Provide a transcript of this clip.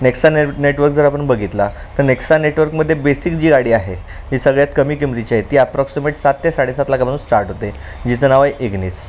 Nexa net network जर आपण बघितला तर नेक्सा नेटवर्कमध्ये बेसिक जी गाडी आहे ही सगळ्यात कमी किमतीची आहे ती अप्रॉक्सिमेट सात ते साडेसात लाखपासून स्टार्ट होते जिचं नाव आहे एग्निस